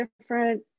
different